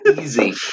Easy